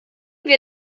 wir